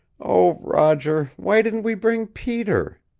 oh, roger, why didn't we bring peter?